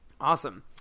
Awesome